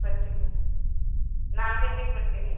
ಬರ್ತಿನಿ ಮೇಡಮ್ ನಾಲ್ಕು ಗಂಟೆಗೆ ಬರ್ತಿನಿ